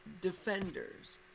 defenders